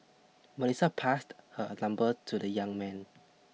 Melissa passed her number to the young man